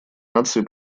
наций